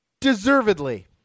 Deservedly